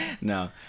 No